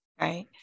Right